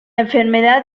enfermedad